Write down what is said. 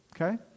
Okay